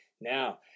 now